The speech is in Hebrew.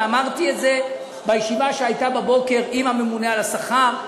ואמרתי את זה בישיבה שהייתה בבוקר עם הממונה על השכר: